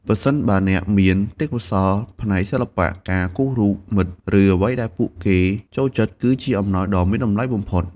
ប្រសិនបើអ្នកមានទេពកោសល្យផ្នែកសិល្បៈ ការគូររូបមិត្ត ឬអ្វីដែលពួកគេចូលចិត្ត គឺជាអំណោយដ៏មានតម្លៃបំផុត។